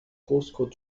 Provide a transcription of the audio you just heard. postcode